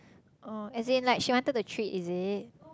oh as in like she wanted to treat is it